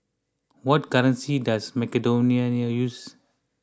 what currency does Macedonia use